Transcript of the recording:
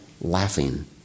laughing